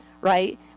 right